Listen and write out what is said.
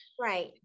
Right